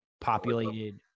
populated